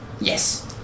Yes